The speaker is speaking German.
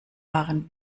waren